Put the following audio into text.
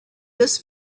this